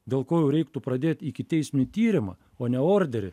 dėl ko jau reiktų pradėt ikiteisminį tyrimą o ne orderį